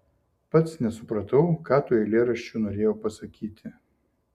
pats nesupratau ką tuo eilėraščiu norėjau pasakyti